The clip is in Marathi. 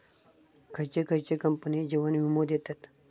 खयचे खयचे कंपने जीवन वीमो देतत